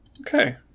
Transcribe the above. Okay